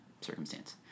circumstance